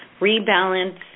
rebalance